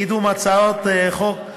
לקידום הצעות החוק,